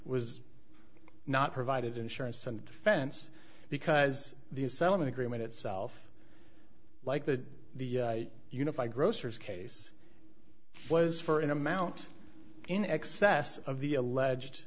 was not provided insurance and defense because the settlement agreement itself like the the unified grocers case was for an amount in excess of the alleged